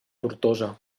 tortosa